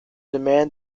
demand